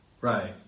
Right